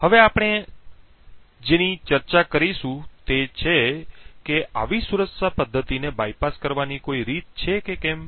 હવે આપણે હવે જેની ચર્ચા કરીશું તે છે કે આવી સુરક્ષા પદ્ધતિને બાયપાસ કરવાની કોઈ રીત છે કે કેમ